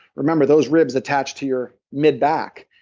remember, those ribs attach to your mid-back,